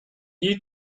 you